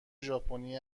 ژاپنی